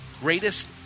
greatest